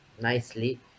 nicely